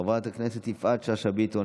חברת הכנסת יפעת שאשא ביטון,